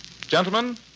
Gentlemen